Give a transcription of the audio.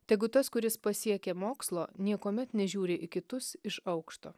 tegu tas kuris pasiekia mokslo niekuomet nežiūri į kitus iš aukšto